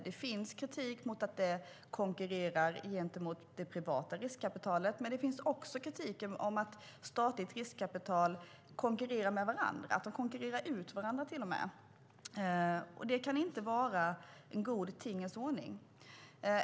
Det finns kritik mot att det konkurrerar med det privata riskkapitalet. Men det finns också kritik som handlar om att olika typer av statligt riskkapital konkurrerar med varandra och till och med konkurrerar ut varandra. Det kan inte vara en god tingens ordning.